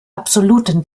absoluten